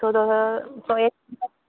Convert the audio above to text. so तसो तो एक किलो